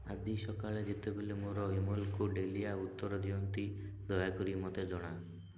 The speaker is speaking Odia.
ଆଜି ସକାଳେ ଯେତେବେଳେ ମୋର ଇମେଲ୍କୁ ଡେଲିଆ ଉତ୍ତର ଦିଅନ୍ତି ଦୟାକରି ମୋତେ ଜଣାଅ